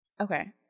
Okay